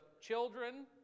children